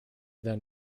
then